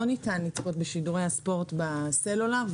לא ניתן לצפות בשידורי הספורט בסלולר.